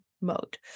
mode